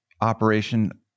operation